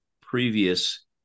previous